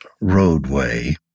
roadway